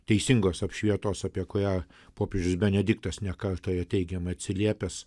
teisingos apšvietos apie kurią popiežius benediktas nekartą yra teigiamai atsiliepęs